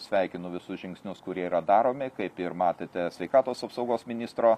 sveikinu visus žingsnius kurie yra daromi kaip ir matėte sveikatos apsaugos ministro